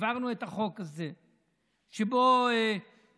העברנו את החוק הזה שבו הרשויות,